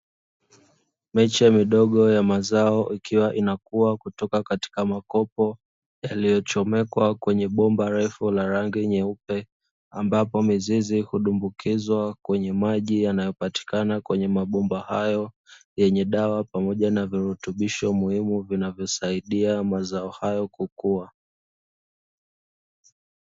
Miche midogo ya mazao ikiwa inakua kutoka katika mkopo yaliyochomekwa kwenye bomba refu la rangi nyeupe, ambapo mizizi hudumbukizwa kwenye maji yanayopatikana kwenye mabomba hayo yenye dawa pamoja na virutubisho muhimu; vinavyosaidia mazao hayo kukua.